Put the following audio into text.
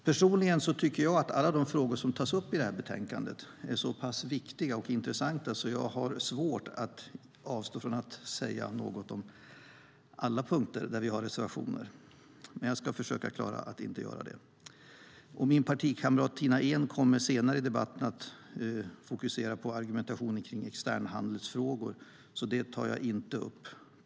Personligen tycker jag att alla de frågor som tas upp i betänkandet är så pass viktiga och intressanta att jag har svårt att avstå från att säga något om alla punkter där vi har reservationer. Jag ska dock försöka klara att inte göra det. Min partikamrat Tina Ehn kommer senare i debatten att fokusera på argumentationen kring externhandelsfrågor, så det tar jag inte upp.